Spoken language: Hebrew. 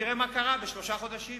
תראה מה קרה בשלושה חודשים.